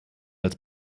als